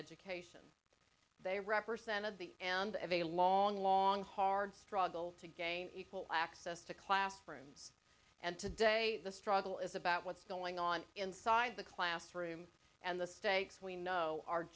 education they represented the and of a long long hard struggle to gain equal access to classrooms and today the struggle is about what's going on inside the classroom and the stakes we know are